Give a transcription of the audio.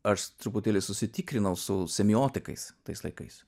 aš truputėlį sutikrinau su semiotikais tais laikais